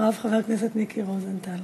ואחריו חבר הכנסת מיקי רוזנטל.